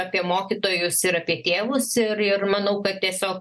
apie mokytojus ir apie tėvus ir ir manau kad tiesio